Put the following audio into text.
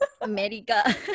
America